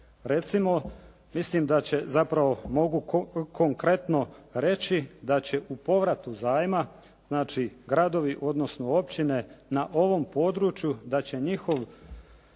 Recimo mislim da će zapravo mogu konkretno reći da će u povratu zajma, znači gradovi, odnosno općine na ovom području da će njihov